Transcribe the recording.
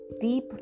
deep